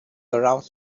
around